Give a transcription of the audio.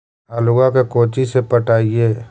आलुआ के कोचि से पटाइए?